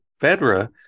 Fedra